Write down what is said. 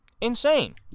Insane